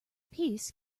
peace